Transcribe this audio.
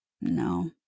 No